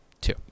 Two